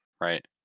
Right